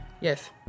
yes